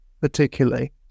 particularly